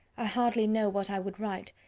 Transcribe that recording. i hardly know what i would write,